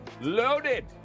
loaded